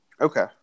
Okay